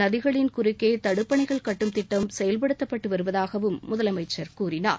நதிகளின் குறுக்கே தடுப்பணைகள் கட்டும் திட்டம் செயல்படுத்தப்பட்டு வருவதாகவும் அவர் கூறினார்